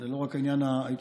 יש לא רק עניין אתי,